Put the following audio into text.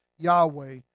Yahweh